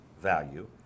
value